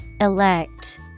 Elect